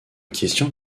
question